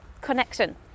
connection